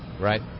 right